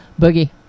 Boogie